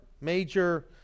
major